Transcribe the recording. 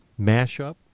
mashup